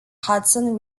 hudson